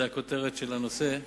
זו הכותרת של הנושא.